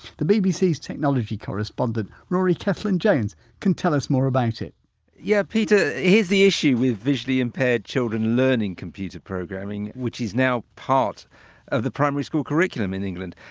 the bbc's technology correspondent, rory cellan-jones, can tell us more about it cellan-jones yeah, peter, here's the issue with visually impaired children learning computer programming, which is now part of the primary school curriculum in england.